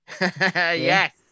Yes